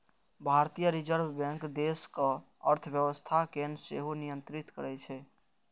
भारतीय reserve bank देशक अर्थव्यवस्था कें सेहो नियंत्रित करै छै